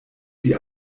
die